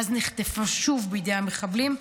ואז נחטפה שוב בידי מחבלים,